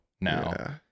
now